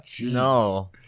No